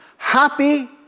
Happy